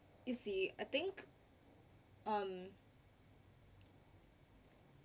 you see I think um